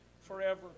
forever